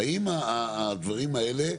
האם הדברים האלה,